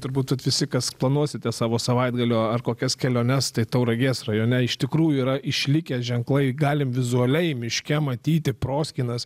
turbūt visi kas planuosite savo savaitgalio ar kokias keliones tai tauragės rajone iš tikrųjų yra išlikę ženklai galim vizualiai miške matyti proskynas